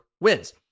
wins